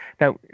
Now